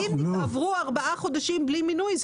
אם עברו ארבעה חודשים בלי מינוי,